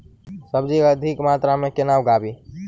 सब्जी अधिक मात्रा मे केना उगाबी?